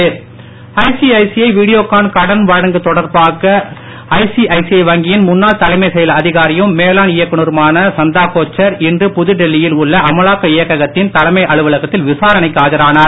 சந்தா Kochhar ICICI Videocon கடன் வழக்கு தொடர்பாக ஐசிஐசிஐ வங்கியின் முன்னாள் தலைமை செயல் அதிகாரியும் மேலாண் இயக்குனருமான சந்தா கோச்சர் இன்று புதுடெல்லியில் உள்ள அமலாக்க இயக்ககத்தின் தலைமை அலுவலகத்தில் விசாரணைக்கு ஆஜரானார்